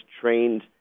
trained